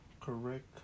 correct